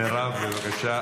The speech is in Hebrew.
מירב, בבקשה.